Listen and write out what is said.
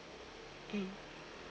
mm